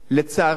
לצערי,